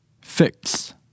Fix